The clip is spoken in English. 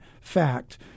fact